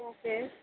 okay